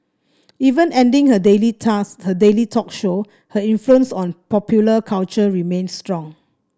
even ending her daily task her daily talk show her influence on popular culture remains strong